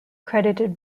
credited